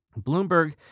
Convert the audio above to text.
Bloomberg